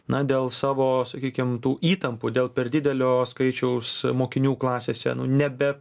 na dėl savo sakykim tų įtampų dėl per didelio skaičiaus mokinių klasėse nebe